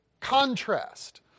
contrast